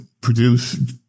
produce